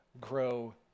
grow